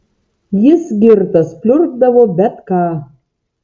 jis girtas pliurpdavo bet ką